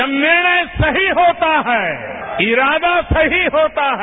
जब निर्णय सही होता है इरादा सही होता है